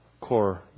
core